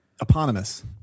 Eponymous